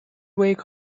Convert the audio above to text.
wake